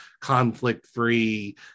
conflict-free